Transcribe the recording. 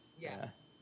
yes